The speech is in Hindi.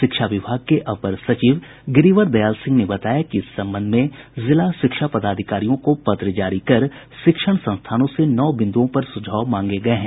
शिक्षा विभाग के अपर सचिव गिरिवर दयाल सिंह ने बताया कि इस संबंध में जिला शिक्षा पदाधिकारियों को पत्र जारी कर शिक्षण संस्थानों से नौ बिन्दुओं पर सुझाव मांगे गये हैं